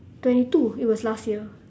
twenty two it was last year